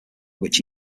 which